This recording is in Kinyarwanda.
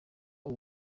ubu